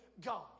God